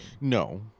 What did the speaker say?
No